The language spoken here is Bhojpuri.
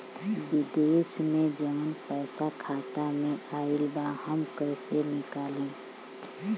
विदेश से जवन पैसा खाता में आईल बा हम कईसे निकाली?